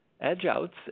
edge-outs